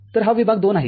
तरहा विभाग II आहे